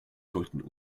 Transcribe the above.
sollten